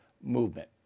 movement